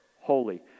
holy